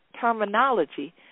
terminology